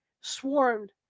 swarmed